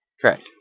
Correct